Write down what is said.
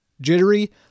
jittery